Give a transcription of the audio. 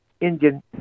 Indian